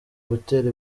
gutera